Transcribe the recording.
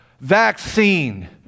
Vaccine